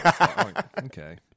Okay